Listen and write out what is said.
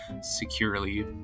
securely